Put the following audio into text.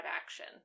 action